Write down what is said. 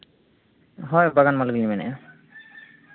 ᱦᱳᱭ ᱵᱟᱜᱟᱱ ᱢᱟᱹᱞᱤᱠ ᱞᱤᱧ ᱢᱮᱱ ᱮᱫᱼᱟ